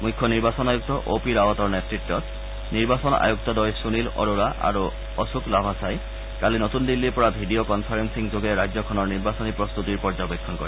মুখ্য নিৰ্বাচন আয়ুক্ত অ' পি ৰাৱটৰ নেতৃত্বত নিৰ্বাচন আয়ুক্তদ্বয় সুনীল অৰোৰা আৰু অশোক লাভাচাই কালি নতুন দিল্লীৰ পৰা ভিডিঅ কনফাৰেলিংযোগে ৰাজ্যখনৰ নিৰ্বাচনী প্ৰস্ততিৰ পৰ্যবেক্ষণ কৰে